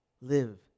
live